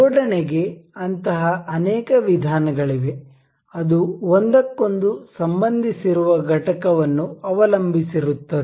ಜೋಡಣೆಗೆ ಅಂತಹ ಅನೇಕ ವಿಧಾನಗಳಿವೆ ಅದು ಒಂದಕ್ಕೊಂದು ಸಂಬಂಧಿಸಿರುವ ಘಟಕವನ್ನು ಅವಲಂಬಿಸಿರುತ್ತದೆ